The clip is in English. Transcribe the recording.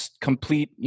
complete